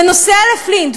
ונוסע לפלינט,